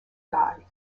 guy